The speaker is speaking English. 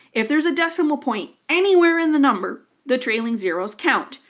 if there's a decimal point anywhere in the number, the trailing zeroes count.